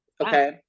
Okay